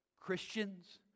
Christians